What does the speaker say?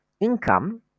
income